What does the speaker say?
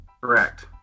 Correct